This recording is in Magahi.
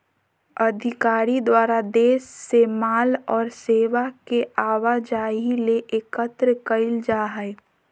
अधिकारी द्वारा देश से माल और सेवा के आवाजाही ले एकत्र कइल जा हइ